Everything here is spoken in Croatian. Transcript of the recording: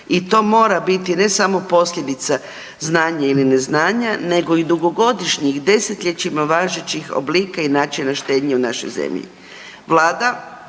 i to mora biti ne samo posljedica znanja ili neznanja nego i dugogodišnjih desetljećima važećih oblika i načina štednje u našoj zemlji. Vlada,